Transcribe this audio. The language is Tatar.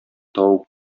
табып